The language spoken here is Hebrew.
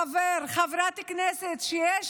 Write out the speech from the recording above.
חבר או חברת כנסת שיש